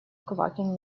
квакин